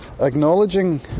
acknowledging